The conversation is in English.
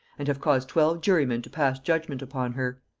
and have caused twelve jurymen to pass judgement upon her.